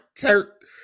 Turk